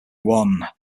one